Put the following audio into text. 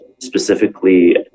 specifically